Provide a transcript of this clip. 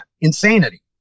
insanity